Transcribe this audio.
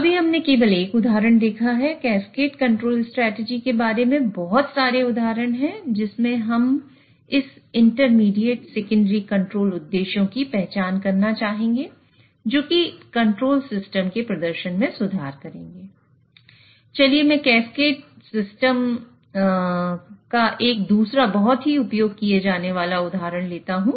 अभी हमने केवल एक उदाहरण देखा है कैस्केड कंट्रोल स्ट्रेटजी एक दूसरा बहुत ही उपयोग किया जाने वाला उदाहरण लेता हूं